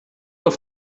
auf